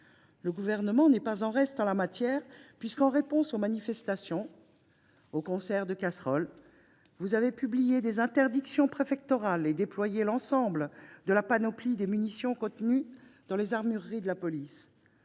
Le Gouvernement n’est pas en reste en la matière, car, en réponse aux manifestations et aux concerts de casseroles, il a pris des interdictions préfectorales et déployé l’ensemble de la panoplie des munitions contenues dans les armureries de la police.